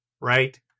right